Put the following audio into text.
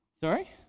Sorry